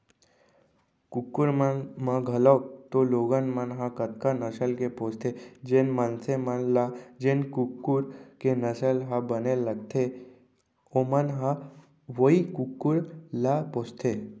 कुकुर मन ल घलौक तो लोगन मन ह कतका नसल के पोसथें, जेन मनसे मन ल जेन कुकुर के नसल ह बने लगथे ओमन ह वोई कुकुर ल पोसथें